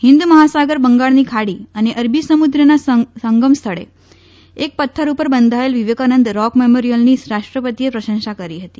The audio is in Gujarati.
હિન્દ મહાસાગર બંગાળની ખાડી અને અરબી સમુદ્રના સંગમ સ્થળે એક પથ્થર ઉપર બંધાયેલ વિવેકાનંદ રૉક મેમોરિયલની રાષ્ટ્રપતિએ પ્રશંસા કરી હતી